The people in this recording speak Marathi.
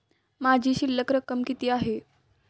माझी शिल्लक रक्कम किती आहे?